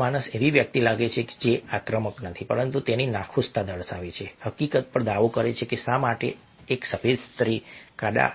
આ માણસ એવી વ્યક્તિ લાગે છે જે આક્રમક નથી પરંતુ તેની નાખુશતા દર્શાવે છે હકીકત પર દાવો કરે છે કે શા માટે એક સફેદ સ્ત્રી કાળા